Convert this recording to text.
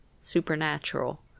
supernatural